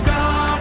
God